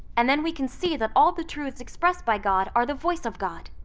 and then we can see that all the truths expressed by god are the voice of god.